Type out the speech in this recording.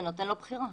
זה נותן לו בחירה.